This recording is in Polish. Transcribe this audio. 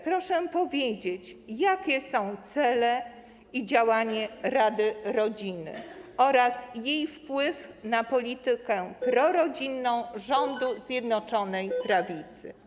Proszę powiedzieć, jakie są cele i działania Rady Rodziny oraz jaki jest jej wpływ na politykę prorodzinną rządu Zjednoczonej Prawicy.